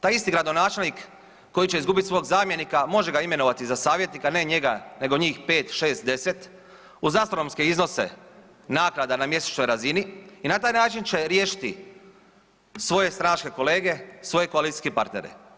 Taj isti gradonačelnik koji će izgubit svog zamjenika može ga imenovati za savjetnika, ne njega nego njih 5, 6, 10 uz astronomske iznose naknada na mjesečnoj razini i na taj način će riješiti svoje stranačke kolege, svoje koalicijske partnere.